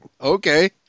Okay